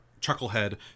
Chucklehead